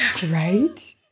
Right